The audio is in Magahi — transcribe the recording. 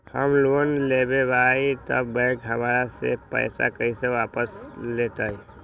हम लोन लेलेबाई तब बैंक हमरा से पैसा कइसे वापिस लेतई?